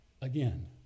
Again